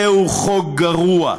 זהו חוק גרוע,